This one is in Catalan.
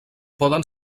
poden